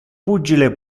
pugile